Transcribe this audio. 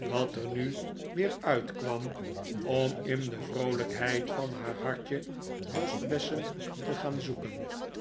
dat er nu weer uitkwam om in de vroolijkheid van haar hartje boschbessen te gaan zoeken